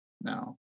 now